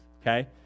Okay